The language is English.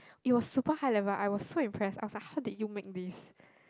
it was super high level I was so impress ask her how did you make this